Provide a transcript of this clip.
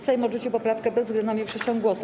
Sejm odrzucił poprawkę bezwzględną większością głosów.